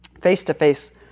face-to-face